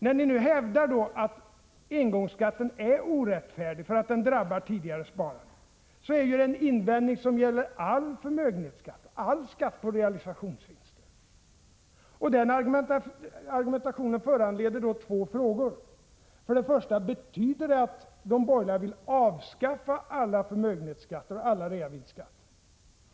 När ni nu hävdar att engångsskatten är orättfärdig för att den drabbar tidigare sparande, så är det en invändning som gäller förmögenhetsskatt och all skatt på realisationsvinster. Den argumentationen föranleder två frågor. För det första: Betyder detta att de borgerliga vill avskaffa alla förmögenhetsskatter och alla reavinstskatter?